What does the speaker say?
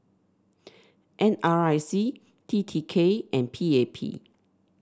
N R I C T T K and P A P